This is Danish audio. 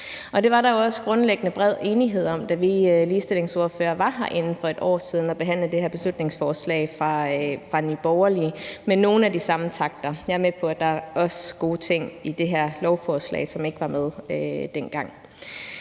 Det var der jo grundlæggende også bred enighed om, da vi ligestillingsordførere var herinde for et år siden og behandle det her beslutningsforslag fra Nye Borgerlige med nogle af de samme takter. Jeg er med på, at der også er gode ting i det her lovforslag, som ikke var med dengang.